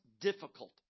difficult